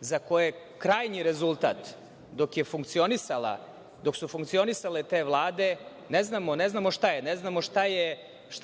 za koje krajnji rezultat, dok su funkcionisale te vlade… Ne znamo šta